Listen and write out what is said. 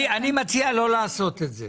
אני מציע לא לעשות את זה,